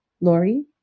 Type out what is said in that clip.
Lori